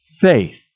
faith